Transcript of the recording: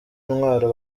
ntwaro